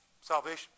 salvation